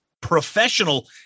professional